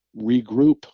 regroup